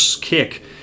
kick